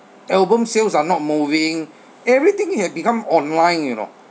album sales are not moving everything it have become online you know